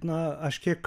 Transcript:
na aš kiek